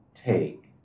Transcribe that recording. take